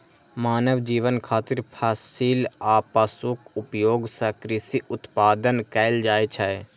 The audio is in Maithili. मानव जीवन खातिर फसिल आ पशुक उपयोग सं कृषि उत्पादन कैल जाइ छै